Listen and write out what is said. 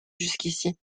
jusqu’ici